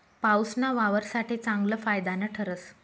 पाऊसना वावर साठे चांगलं फायदानं ठरस